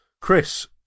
Chris